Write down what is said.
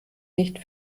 nicht